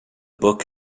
book